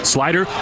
Slider